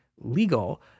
legal